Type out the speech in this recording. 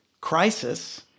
crisis